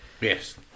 Yes